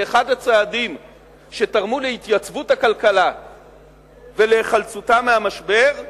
כאחד הצעדים שתרמו להתייצבות הכלכלה ולהיחלצותה מהמשבר,